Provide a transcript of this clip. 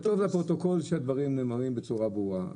לפרוטוקול שהדברים נאמרים בצורה ברורה.